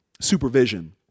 supervision